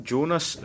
Jonas